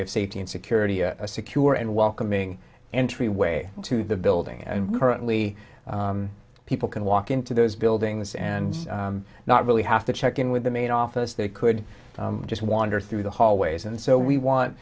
of safety and security a secure and welcoming entryway into the building and currently people can walk into those buildings and not really have to check in with the main office they could just wander through the hallways and so we want